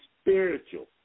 spiritual